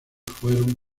fueron